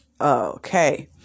Okay